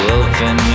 open